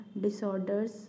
disorders